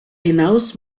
hinaus